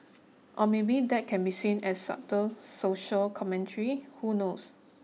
or maybe that can be seen as subtle social commentary who knows